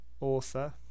author